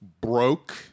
broke